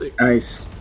Nice